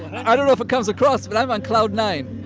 i don't know if it comes across, but i'm on cloud nine,